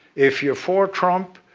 if you're for trump,